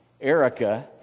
Erica